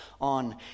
on